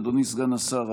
אדוני סגן השר,